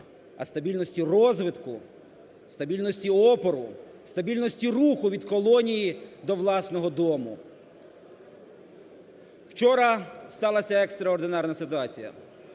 а стабільності розвитку, стабільності опору, стабільності руху від колонії до власного дому. Вчора сталася екстраординарна ситуація: